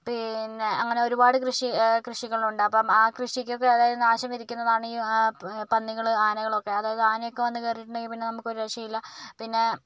പിന്നെ അങ്ങനെ ഒരുപാട് കൃഷി കൃഷികളുണ്ടാകും അപ്പം ആ കൃഷിക്കൊക്കെ അതായത് നാശം വിതക്കുന്നതാണീ പന്നികൾ ആനകളൊക്കെ അതായത് ആനയൊക്കെ വന്ന് കയറിയിട്ടുണ്ടെങ്കിൽ പിന്നെ നമുക്കൊരു രക്ഷയുമില്ല പിന്നെ